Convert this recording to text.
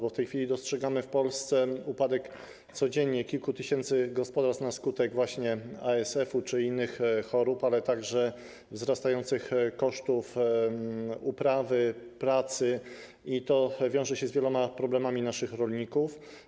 Bo w tej chwili dostrzegamy w Polsce codziennie upadek kilku tysięcy gospodarstw na skutek ASF czy innych chorób, ale także wzrastających kosztów uprawy, pracy, co wiąże się z wieloma problemami naszych rolników.